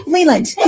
Leland